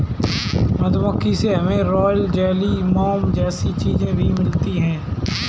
मधुमक्खी से हमे रॉयल जेली, मोम जैसी चीजे भी मिलती है